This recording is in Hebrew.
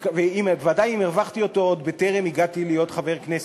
ודאי אם הרווחתי אותו בטרם הגעתי להיות חבר כנסת.